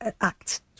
Act